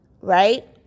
right